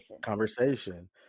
conversation